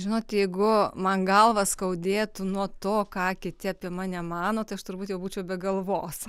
žinot jeigu man galvą skaudėtų nuo to ką kiti apie mane mano tai aš turbūt jau būčiau be galvos